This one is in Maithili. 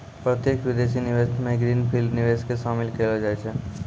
प्रत्यक्ष विदेशी निवेश मे ग्रीन फील्ड निवेश के शामिल केलौ जाय छै